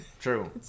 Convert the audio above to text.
true